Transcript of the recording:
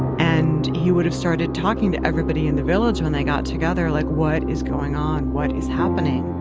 and you would have started talking to everybody in the village when they got together, like, what is going on? what is happening?